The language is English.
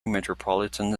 metropolitan